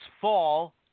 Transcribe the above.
fall